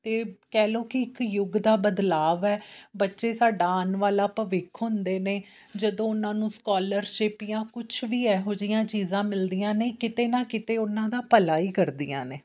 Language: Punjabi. ਅਤੇ ਕਹਿ ਲਓ ਕਿ ਇੱਕ ਯੁੱਗ ਦਾ ਬਦਲਾਅ ਹੈ ਬੱਚੇ ਸਾਡਾ ਆਉਣ ਵਾਲਾ ਭਵਿੱਖ ਹੁੰਦੇ ਨੇ ਜਦੋਂ ਉਹਨਾਂ ਨੂੰ ਸਕੋਲਰਸ਼ਿਪ ਜਾਂ ਕੁਛ ਵੀ ਇਹੋ ਜਿਹੀਆਂ ਚੀਜ਼ਾਂ ਮਿਲਦੀਆਂ ਨੇ ਕਿਤੇ ਨਾ ਕਿਤੇ ਉਹਨਾਂ ਦਾ ਭਲਾ ਹੀ ਕਰਦੀਆਂ ਨੇ